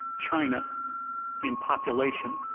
china in population.